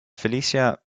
felicia